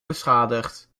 beschadigd